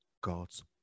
God's